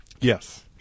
Yes